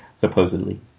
supposedly